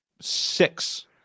six